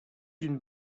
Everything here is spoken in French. d’une